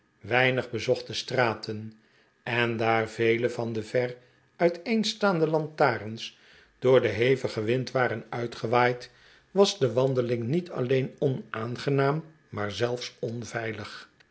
weinig bezochte straten en daar vele van de ver uiteenstaande lantaarns door den hevigen wind waren uitgewaaid was de wandeling niet alleen onaangenaam maar zelfs onveilig